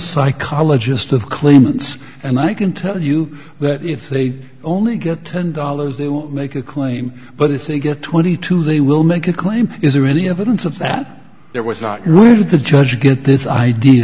psychologist of claimants and i can tell you that if they only get ten dollars they will make a claim but if they get twenty two they will make a claim is there any evidence of that there was not the judge you get this idea